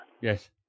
Yes